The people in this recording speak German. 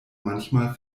manchmal